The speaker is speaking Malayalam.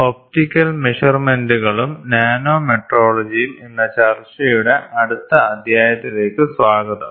ഒപ്റ്റിക്കൽ മെഷർമെന്റുകളും നാനോമെട്രോളജിയും എന്ന ചർച്ചയുടെ അടുത്ത അധ്യായത്തിലേക്ക് സ്വാഗതം